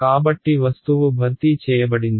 కాబట్టి వస్తువు భర్తీ చేయబడింది